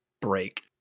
break